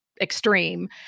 extreme